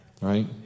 right